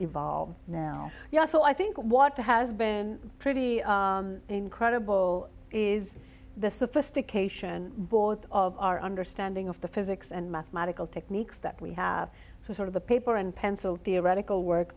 evolve now yeah so i think what has been pretty incredible is the sophistication both of our understanding of the physics and mathematical techniques that we have for sort of the paper and pencil theoretical work